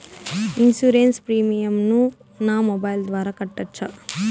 Insurance premium ను నా mobile ద్వారా కట్టొచ్చా?